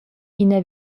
ina